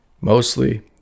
Mostly